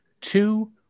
two